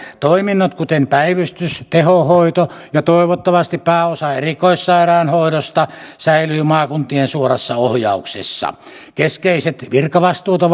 toiminnot kuten päivystys tehohoito ja toivottavasti pääosa erikoissairaanhoidosta säilyvät maakuntien suorassa ohjauksessa keskeisten virkavastuuta